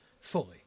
fully